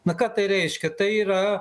na ką tai reiškia tai yra